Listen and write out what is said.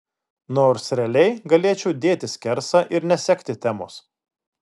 nors realiai galėčiau dėti skersą ir nesekti temos